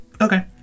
Okay